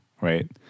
right